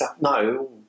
no